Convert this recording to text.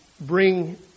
bring